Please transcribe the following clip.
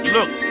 Look